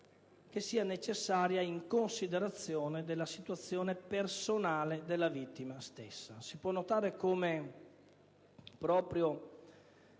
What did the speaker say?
oppure necessaria in considerazione della situazione personale della vittima stessa.